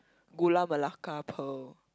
Gula Melaka pearl